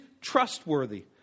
trustworthy